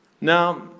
Now